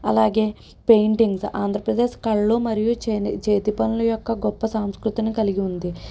అలాగే పెయింటింగ్స్ ఆంధ్రప్రదేశ్ కళలు మరియు చేతి పనులు యొక్క గొప్ప సాంస్కృతిని కలిగి ఉంది